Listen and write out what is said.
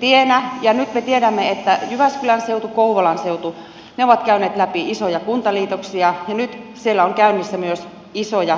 tienä ja nyt me tiedämme että jyväskylän seutu ja kouvolan seutu ovat käyneet läpi isoja kuntaliitoksia ja nyt siellä on käynnissä myös isoja yt neuvotteluja